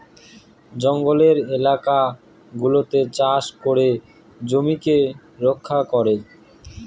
জঙ্গলের এলাকা গুলাতে চাষ করে জমিকে রক্ষা করে